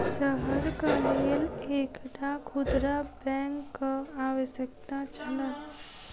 शहरक लेल एकटा खुदरा बैंकक आवश्यकता छल